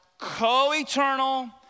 co-eternal